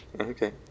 Okay